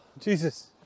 Jesus